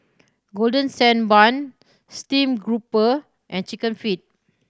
Golden Sand Bun steamed grouper and Chicken Feet